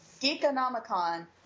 Geekonomicon